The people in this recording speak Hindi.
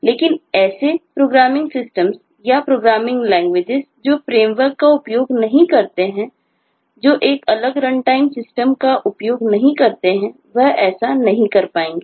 लेकिन ऐसे प्रोग्रामिंग सिस्टम्स या प्रोग्रामिंग लैंग्वेजेस जो फ्रेमवर्क का उपयोग नहीं करते हैं जो एक अलग रनटाइम सिस्टम का उपयोग नहीं करते हैं वह ऐसा नहीं कर पाएंगे